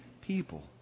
people